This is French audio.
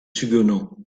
suguenot